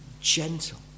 Gentle